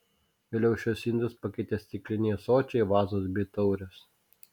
vėliau šiuos indus pakeitė stikliniai ąsočiai vazos bei taurės